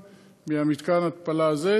שאם לא נדע להשקות אותם ממתקן ההתפלה הזה,